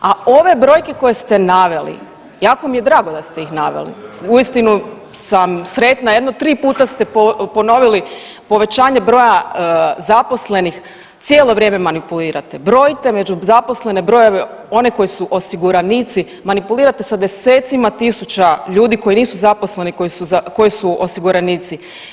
A ove brojke koje ste naveli, jako mi je drago da ste ih naveli, uistinu sam sretna, jedno 3 puta ste ponovili povećanje broja zaposlenih, cijelo vrijeme manipulirate, brojite među zaposlene brojeve one koji su osiguranici, manipulirate sa desecima tisuća ljudi koji nisu zaposleni, a koji su, koji su osiguranici.